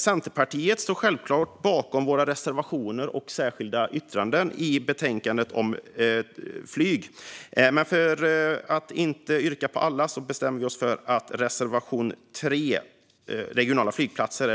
Centerpartiet står självklart bakom våra reservationer och särskilda yttranden i betänkandet om flygfrågor, men vi ska inte yrka bifall till alla reservationer utan har bestämt oss för att yrka bifall till reservation 3, Regionala flygplatser.